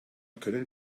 können